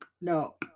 No